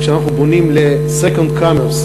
כאשר אנחנו פונים ל-second comers,